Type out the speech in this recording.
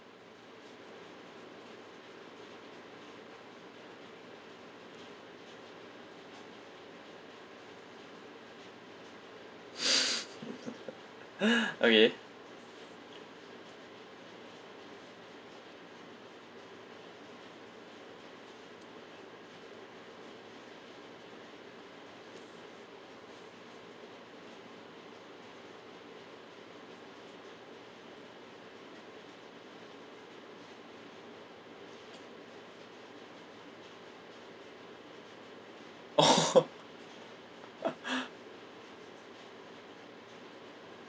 okay oh